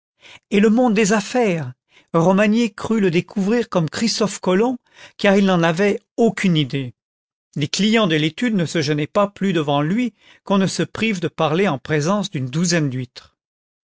et le monde des affaires romagné crut le découvrir comme christophe colomb car il n'en avait aucune idée les clients de l'étude ne se gênaient pas plus devant lui qu'on ne se prive de parler en présence d'une douzaine d'huîtres